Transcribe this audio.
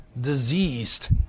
diseased